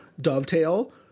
Dovetail